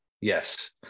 Yes